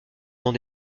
dans